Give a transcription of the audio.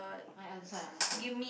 I answer I answer